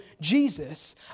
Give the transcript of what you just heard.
Jesus